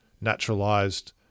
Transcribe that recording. naturalized